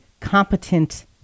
competent